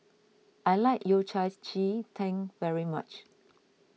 I like Yao Cai Ji Tang very much